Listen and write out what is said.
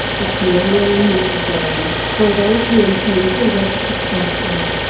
peculiarly necessary, for those who intend to live successfully.